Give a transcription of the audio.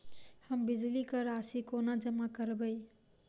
हम बिजली कऽ राशि कोना जमा करबै?